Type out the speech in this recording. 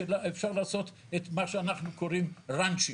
שאפשר לעשות את מה שאנחנו קוראים רנצים.